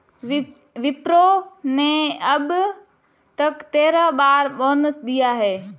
विप्रो ने अब तक तेरह बार बोनस दिया है